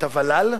את הוול"ל?